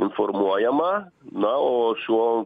informuojama na o šiuo